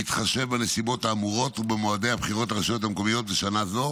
בהתחשב בנסיבות האמורות ובמועדי הבחירות לרשויות המקומיות בשנה זו,